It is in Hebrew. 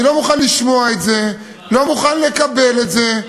אני לא מוכן לשמוע את זה, לא מוכן לקבל את זה.